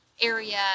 area